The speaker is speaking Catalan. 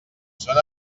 són